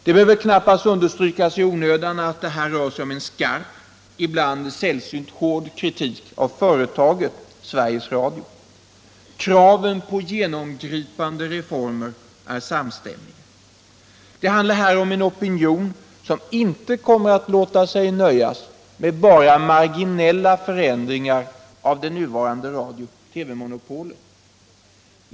Det behöver knappast understrykas att det här rör sig om en skarp, ibland sällsynt hård kritik av företaget Sveriges Radio. Kraven på genomgripande reformer är samstämmiga. Det handlar här om en opinion som inte kommer att låta sig nöja med bara marginella förändringar av det nuvarande radio/TV monopolet.